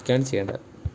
ചെയ്യേണ്ട